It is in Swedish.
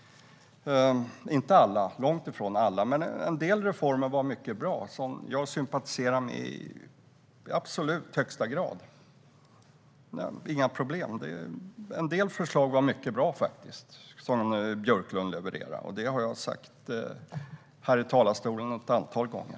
Det gäller långt ifrån alla, men en del reformer var mycket bra och jag sympatiserade i högsta grad med dem. Det var inga problem. En del förslag som Björklund levererade var mycket bra, och det har jag sagt ett antal gånger i talarstolen.